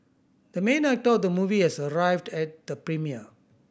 the main actor of the movie has arrived at the premiere